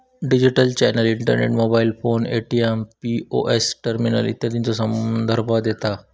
digital channel internet, mobile phone, ATM, POS terminal इत्यादीचो संदर्भ देता